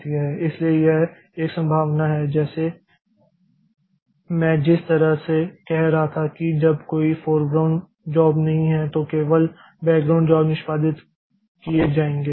इसलिए यह एक संभावना है जैसे मैं जिस तरह से कह रहा था कि जब कोई फोरग्राउंड जॉब नहीं है तो केवल बैकग्राउंड जॉब निष्पादित किए जाएँगे